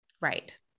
right